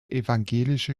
evangelische